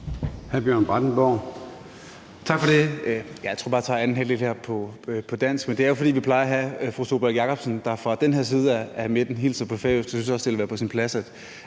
Bjørn Brandenborg (S): Tak for det. Ja, jeg tror bare jeg tager anden halvdel her på dansk, men det er jo, fordi vi plejer at have fru Sólbjørg Jakobsen, der fra den der side af midten hilser på færøsk, og så synes jeg også det ville være på sin plads,